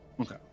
Okay